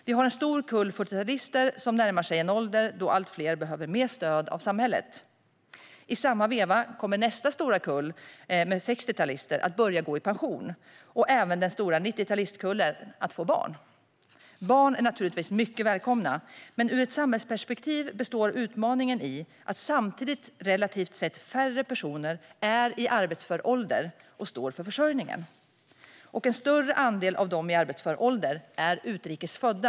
Vi har en stor kull 40-talister som närmar sig en ålder då allt fler behöver mer stöd av samhället. I samma veva kommer nästa stora kull med 60-talister att börja gå i pension, och den stora 90-talistkullen kommer att få barn. Barn är naturligtvis mycket välkomna, men ur ett samhällsperspektiv består utmaningen samtidigt i att relativt sett färre personer är i arbetsför ålder och står för försörjningen. En större andel av dem som är i arbetsför ålder är också utrikes födda.